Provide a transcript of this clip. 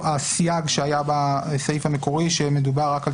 הסייג שהיה בסעיף המקורי שמדובר רק על